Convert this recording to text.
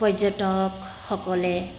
পৰ্যটকসকলে